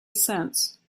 since